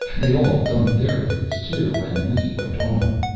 they all dumped their loads, too, and we went on.